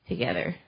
Together